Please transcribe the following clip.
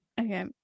okay